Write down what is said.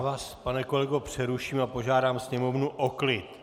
Já vás, pane kolego, přeruším a požádám Sněmovnu o klid!